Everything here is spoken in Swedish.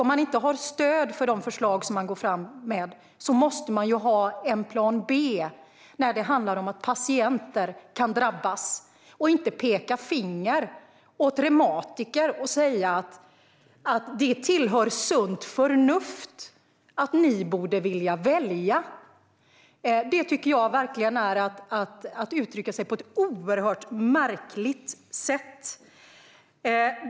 Om man inte har stöd för de förslag som man går fram med måste man ha en plan B när patienter kan drabbas, i stället för att peka finger åt reumatiker och säga att det hör till sunt förnuft att de borde vilja välja. Jag tycker att det är ett oerhört märkligt sätt att uttrycka sig på.